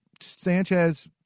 Sanchez